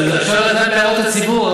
עכשיו אתה בהערות הציבור,